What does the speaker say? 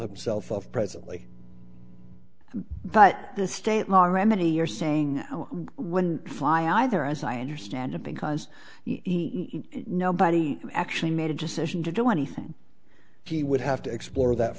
himself of presently but the state law remedy you're saying when fly either as i understand it because nobody actually made a decision to do anything he would have to explore that